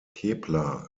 kepler